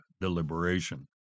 deliberation